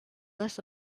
this